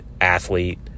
athlete